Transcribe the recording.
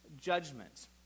judgment